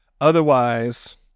Otherwise